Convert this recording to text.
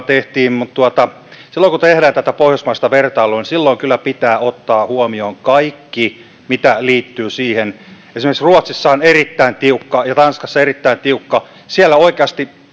tehtiin vertailua pohjoismaihin mutta silloin kun tehdään pohjoismaista vertailua niin silloin kyllä pitää ottaa huomioon kaikki mitä liittyy siihen esimerkiksi ruotsissa on erittäin tiukkaa ja tanskassa on erittäin tiukkaa siellä oikeasti